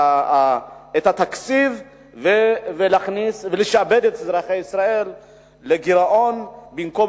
התקציב ולשעבד את אזרחי ישראל לגירעון במקום